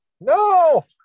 No